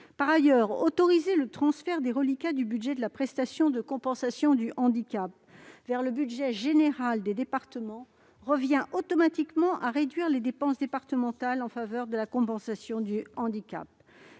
Par ailleurs, autoriser le transfert des reliquats du budget de la prestation de compensation du handicap vers le budget général des départements reviendrait automatiquement à réduire les dépenses départementales en faveur de la compensation du handicap.